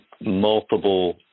multiple